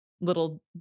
little